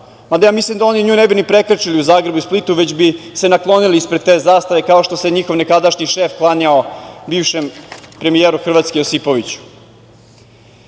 Mada, ja mislim da oni nju ne bi ni prekrečili u Zagrebu i u Splitu, već bi se naklonili ispred te zastave kao što se njihov nekadašnji šef klanjao bivšem premijeru Hrvatske, Josipoviću. Takođe,